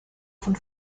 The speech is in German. von